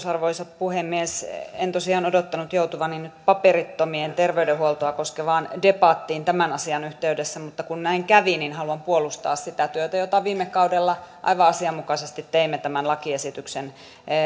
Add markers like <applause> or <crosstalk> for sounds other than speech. <unintelligible> arvoisa puhemies en tosiaan odottanut joutuvani paperittomien terveydenhuoltoa koskevaan debattiin nyt tämän asian yhteydessä mutta kun näin kävi niin haluan puolustaa sitä työtä jota viime kaudella aivan asianmukaisesti teimme tämän lakiesityksen